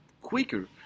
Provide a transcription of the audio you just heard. quicker